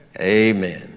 Amen